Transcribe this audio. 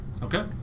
Okay